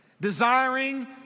desiring